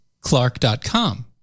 Clark.com